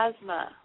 Asthma